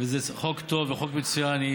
וזה חוק טוב וחוק מצוין,